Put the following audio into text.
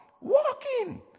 Walking